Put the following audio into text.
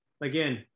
again